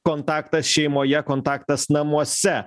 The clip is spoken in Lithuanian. kontaktas šeimoje kontaktas namuose